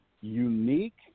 unique